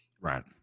right